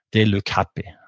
they look happy.